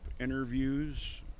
interviews